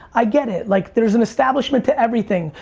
i get it. like there's an establishment to everything.